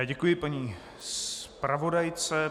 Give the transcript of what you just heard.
Děkuji paní zpravodajce.